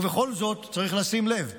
ובכל זאת צריך לשים לב,